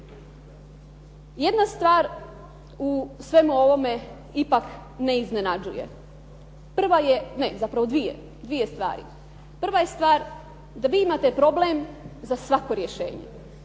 Jedna stvar u svemu ovome ipak ne iznenađuje, ne zapravo dvije stvari. Prva je stvar da vi imate problem za svako rješenje,